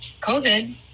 COVID